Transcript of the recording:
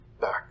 back